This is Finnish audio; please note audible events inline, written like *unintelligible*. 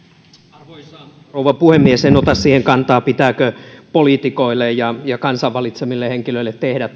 arvoisa rouva puhemies en ota siihen kantaa pitääkö poliitikoille ja ja kansan valitsemille henkilöille tehdä *unintelligible*